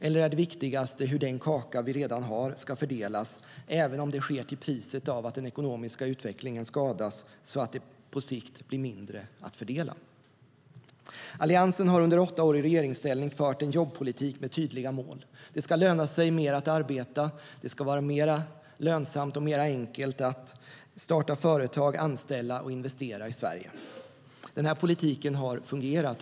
Eller är det viktigast hur den kaka vi redan har ska fördelas, även om det sker till priset av att den ekonomiska utvecklingen skadas så att det på sikt blir mindre att fördela? Alliansen har under åtta år i regeringsställning fört en jobbpolitik med tydliga mål. Det ska löna sig mer att arbeta, och det ska vara mer lönsamt och enklare att starta företag, anställa och investera i Sverige. Den här politiken har fungerat.